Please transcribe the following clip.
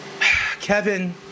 Kevin